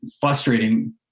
frustrating